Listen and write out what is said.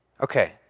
Okay